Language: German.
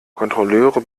kontrolleure